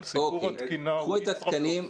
כל סיפור התקינה הוא ישראבלוף.